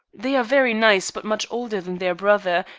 they are very nice, but much older than their brother,